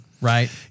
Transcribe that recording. right